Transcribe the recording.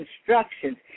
instructions